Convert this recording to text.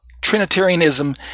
trinitarianism